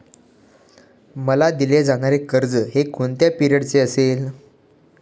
मला दिले जाणारे कर्ज हे कोणत्या पिरियडचे असेल?